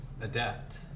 adapt